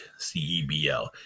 CEBL